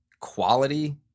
quality